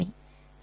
சரி